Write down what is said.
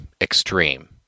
Extreme